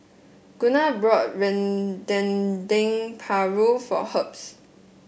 Gunnar brought Dendeng Paru for Herbs